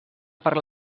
per